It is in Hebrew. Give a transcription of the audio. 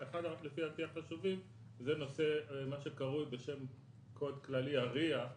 אחד הנושאים החשובים זה נושא שקרוי בשם קוד כללי אריע,